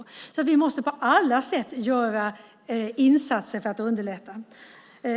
Vi måste alltså på alla sätt göra insatser för att underlätta.